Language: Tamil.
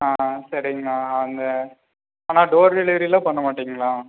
ஆ சரிங்க அண்ணா அங்கே ஆனால் டோர் டெலிவரிலாம் பண்ணமாட்டீங்களா